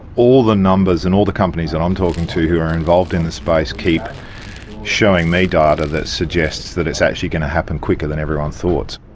all the numbers, and all the companies that i'm talking to who are involved in this space keep showing me data that suggests that it's actually going to happen quicker than everyone thought.